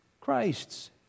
Christ's